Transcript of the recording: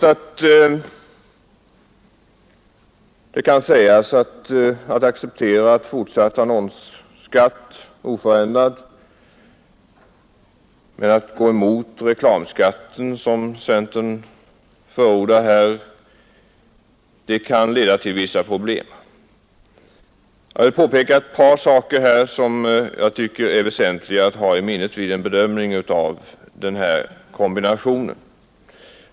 Att acceptera fortsatt oförändrad annonsskatt och att gå emot reklamskatten, som centern här förordar — ja, det kan leda till vissa problem. Jag vill emellertid påpeka ett par saker som jag tycker är väsentliga att hålla i minnet vid en bedömning av denna kombination.